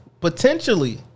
potentially